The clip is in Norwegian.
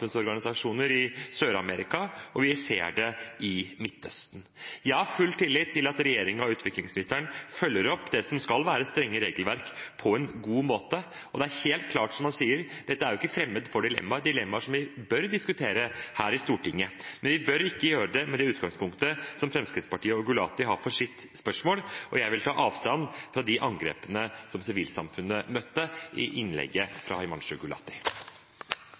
i Sør-Amerika, og vi ser det i Midtøsten. Jeg har full tillit til at regjeringen og utviklingsministeren følger opp det som skal være strenge regelverk, på en god måte. Og det er helt klart som han sier: Dette er ikke fremmed for dilemmaer, dilemmaer som vi bør diskutere her i Stortinget. Men vi bør ikke gjøre det med det utgangspunktet som Fremskrittspartiet og Gulati har for sitt spørsmål, og jeg vil ta avstand fra de angrepene som sivilsamfunnet møtte i innlegget fra